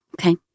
Okay